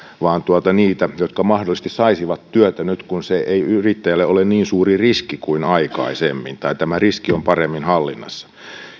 vaan niitä jotka mahdollisesti saisivat työtä nyt kun se ei yrittäjälle ole niin suuri riski kuin aikaisemmin tai tämä riski on paremmin hallinnassa